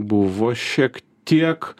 buvo šiek tiek